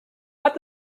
hat